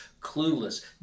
clueless